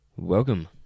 Welcome